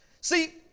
See